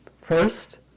First